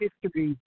history